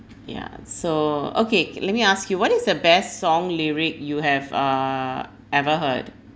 yeah so okay kay let me ask you what is the best song lyric you have uh ever heard